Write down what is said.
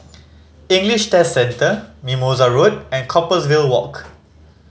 English Test Centre Mimosa Road and Compassvale Walk